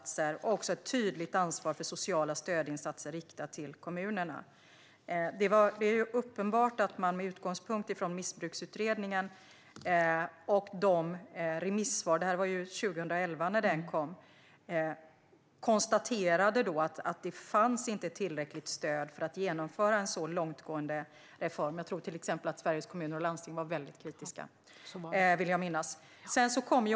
Det skulle också läggas ett tydligt ansvar för sociala insatser på kommunerna. Det är uppenbart att man med utgångspunkt i missbruksutredningen och remissvaren på den - den kom alltså 2011 - konstaterade att det inte fanns tillräckligt stöd för att genomföra en så långtgående reform. Till exempel Sveriges Kommuner och Landsting var väldigt kritiska, vill jag minnas.